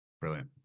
Brilliant